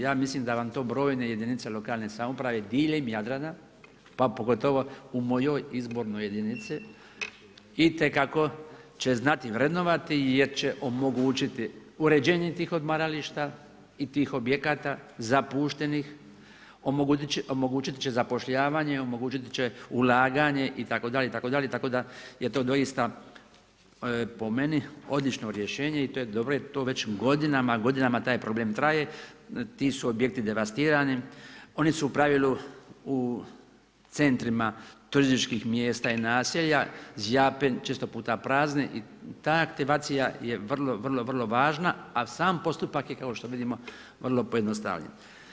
Ja mislim da vam to brojne jedinice lokalne samouprave diljem Jadrana pa pogotovo u mojoj izbornoj jedinici, itekako će znato vrednovati jer će omogućiti uređenje tih odmarališta i tih objekata zapušteni, omogućit će zapošljavanje, omogućit će ulaganje itd., itd., tako da je to doista po meni odlično rješenje jer to već godinama, godinama taj problem traje, ti su objekti devastirani, oni su u pravilu u centrima turističkih mjesta i naselja, zjape često puta prazni i ta aktivacija je vrlo, vrlo važna a sam postupak je kao što vidimo, vrlo pojednostavljen.